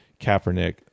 Kaepernick